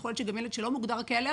יכול להיות שגם ילד שלא מוגדר כאלרגי,